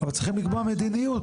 אבל צריכים לקבוע מדיניות.